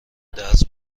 درس